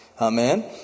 Amen